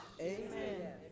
Amen